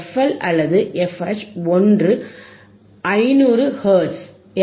L அல்லது F 1 500 hertz F